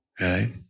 right